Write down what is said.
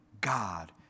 God